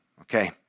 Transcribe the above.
Okay